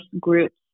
groups